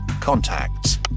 contacts